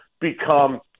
become